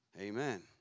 Amen